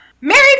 Married